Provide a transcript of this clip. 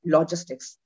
Logistics